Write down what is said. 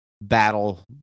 battle